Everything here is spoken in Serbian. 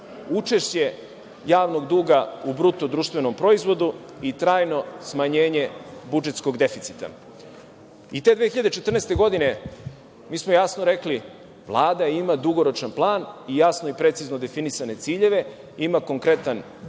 učešće javnog duga i BDP-u i trajno smanjenje budžetskog deficita. Te 2014. godine mi smo jasno rekli – Vlada ima dugoročan plan i jasno i precizno definisane ciljeve, ima konkretan